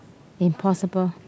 impossible